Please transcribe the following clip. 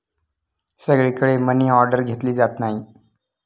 सगळीकडे मनीऑर्डर घेतली जात नाही